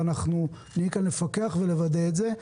ואנחנו נהיה כאן לפקח ולוודא את זה.